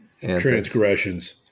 transgressions